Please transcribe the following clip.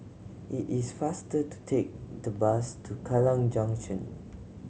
it is faster to take the bus to Kallang Junction